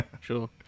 Sure